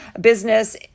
business